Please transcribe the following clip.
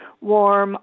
warm